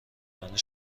رانی